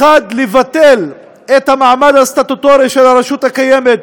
האחד זה לבטל את המעמד הסטטוטורי של הרשות הקיימת